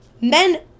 men